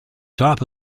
top